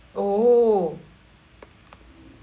oh